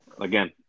again